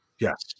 Yes